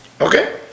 Okay